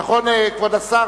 נכון, כבוד השר?